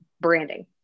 branding